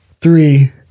Three